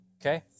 Okay